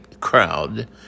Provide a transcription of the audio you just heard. crowd